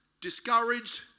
discouraged